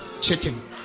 chicken